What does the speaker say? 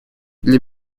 для